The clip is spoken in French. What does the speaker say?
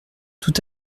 tout